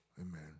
Amen